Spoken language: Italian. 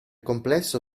complesso